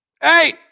hey